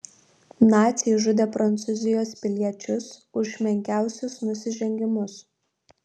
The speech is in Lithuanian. naciai žudė prancūzijos piliečius už menkiausius nusižengimus